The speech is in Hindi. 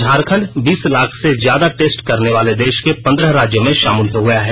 झारखंड बीस लाख से ज्यादा टेस्ट करनेवाले देश के पन्द्रह राज्यों में शामिल हो गया है